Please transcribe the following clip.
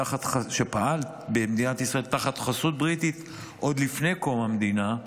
שפעל במדינת ישראל תחת חסות בריטית עוד לפני קום המדינה,